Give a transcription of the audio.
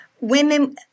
Women